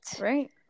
Right